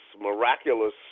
miraculous